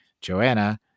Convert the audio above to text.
Joanna